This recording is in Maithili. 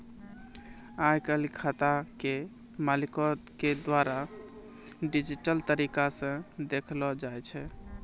आइ काल्हि खाता के मालिको के द्वारा डिजिटल तरिका से देखलो जाय छै